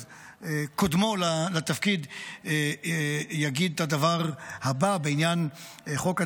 אז קודמו לתפקיד יגיד את הדבר הבא בעניין חוק הדבש.